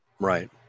Right